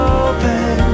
open